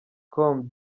com